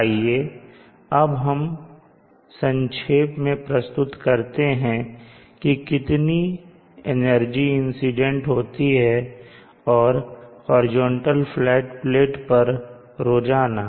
आइए अब हम संक्षेप में प्रस्तुत करते हैं कि कितनी एनर्जी इंसीडेंट होती है और हॉरिजॉन्टल फ्लैट प्लेट पर रोजाना